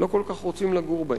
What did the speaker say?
לא כל כך רוצים לגור בהם.